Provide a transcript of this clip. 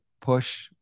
push